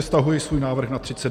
Stahuji svůj návrh na třicet dnů.